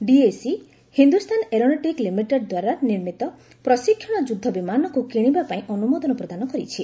DAC Hindustan aeronautics limited ଦ୍ୱାରା ନିର୍ମିତ ପ୍ରଶିକ୍ଷଣ ଯୁଦ୍ଧ ବିମାନକୁ କିଣିବା ପାଇଁ ଅନୁମୋଦନ ପ୍ରଦାନ କରିଛି